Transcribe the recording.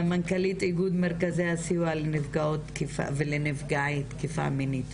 מנכ"לית מרכזי הסיוע לנפגעות ולנפגעי תקיפה מינית,